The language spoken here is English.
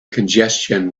congestion